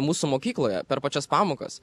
mūsų mokykloje per pačias pamokas